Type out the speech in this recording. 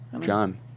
John